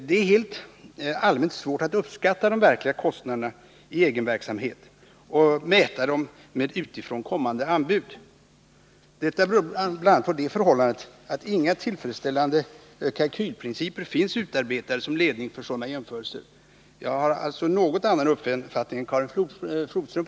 Det är rent allmänt svårt att uppskatta de verkliga kostnaderna i egen verksamhet och mäta dem med utifrån kommande anbud. Detta beror bl.a. på att inga tillfredsställande kalkylprinciper finns utarbetade som ledning för sådana jämförelser. På den punkten har jag alltså en annan uppfattning än Karin Flodström.